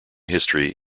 history